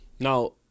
Now